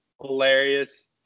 Hilarious